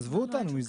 עזבו אותנו מזה.